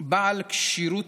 בעל כשירות